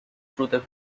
through